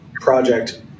project